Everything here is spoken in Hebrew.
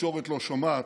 התקשורת לא שומעת.